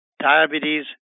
diabetes